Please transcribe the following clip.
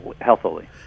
healthily